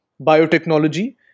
biotechnology